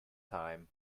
time